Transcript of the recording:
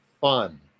fun